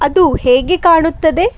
ಅದು ಹೇಗೆ ಕಾಣುತ್ತದೆ